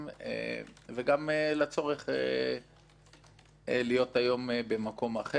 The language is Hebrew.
וגם לצורך להיות היום במקום אחר.